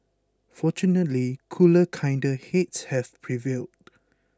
fortunately cooler kinder heads have prevailed